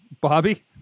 Bobby